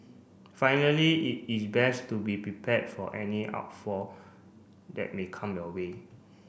finally it is best to be prepared for any that may come your way